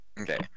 Okay